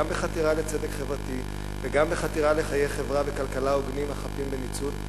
גם בחתירה לצדק חברתי וגם בחתירה לחיי חברה וכלכלה הוגנים החפים מניצול.